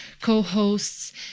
co-hosts